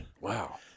Wow